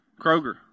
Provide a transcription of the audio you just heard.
Kroger